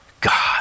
God